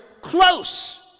close